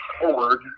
forward